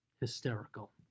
Hysterical